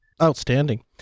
Outstanding